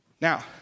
Now